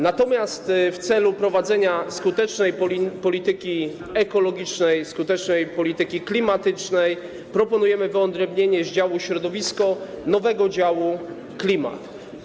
Natomiast w celu prowadzenia skutecznej polityki ekologicznej, skutecznej polityki klimatycznej proponujemy wyodrębnienie z działu środowisko nowego działu - klimat.